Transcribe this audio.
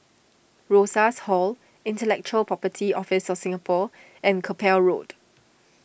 Rosas Hall Intellectual Property Office of Singapore and Keppel Road